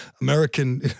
American